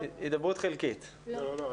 לא, לא.